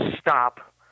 stop